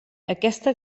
aquesta